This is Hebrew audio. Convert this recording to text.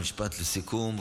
משפט לסיכום,